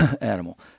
animal